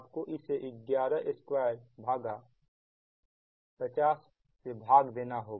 आपको इसे 11250 भाग देना होगा